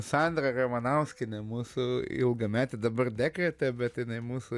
sandra ramanauskienė mūsų ilgametė dabar dekrete bet jinai mūsų